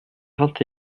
vingt